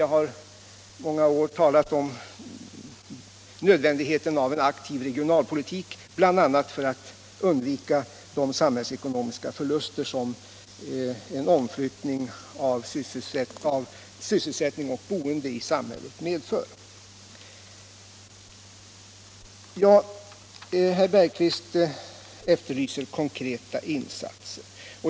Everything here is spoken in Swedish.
Jag har under många år talat om nödvändigheten av en aktiv regionalpolitik, bl.a. för att undvika de samhällsekonomiska förluster som en omflyttning av sysselsättning och boende i samhället medför. Herr Bergqvist efterlyser konkreta insatser.